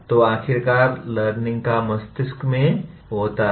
तो आखिरकार लर्निंग का काम मस्तिष्क में होता है